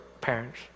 parents